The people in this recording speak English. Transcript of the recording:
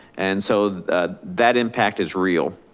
and so that impact is real.